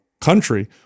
country